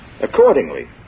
Accordingly